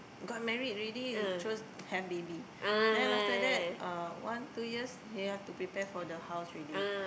got married already terus have baby then after that uh one two years we have to prepare for the house already